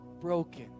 broken